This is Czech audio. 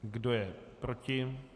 Kdo je proti?